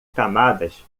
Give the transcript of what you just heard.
camadas